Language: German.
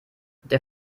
der